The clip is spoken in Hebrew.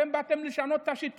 אבל אתם באתם לשנות את השיטה.